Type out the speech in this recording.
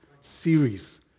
series